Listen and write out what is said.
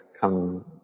come